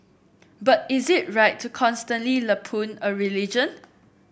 but is it right to constantly lampoon a religion